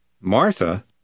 Martha